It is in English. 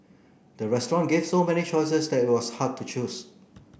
the restaurant gave so many choices that it was hard to choose